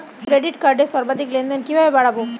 Credit কার্ডের সর্বাধিক লেনদেন কিভাবে বাড়াবো?